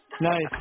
Nice